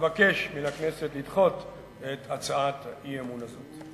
אבקש מן הכנסת לדחות את הצעת האי-אמון הזאת.